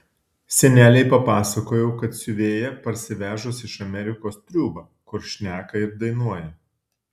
senelei papasakojau kad siuvėja parsivežus iš amerikos triūbą kur šneka ir dainuoja